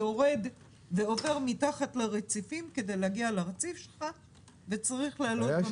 יורד ועובר מתחת לרציפים כדי להגיע לרציף שלך וצריך לעלות בשתי מעליות.